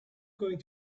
going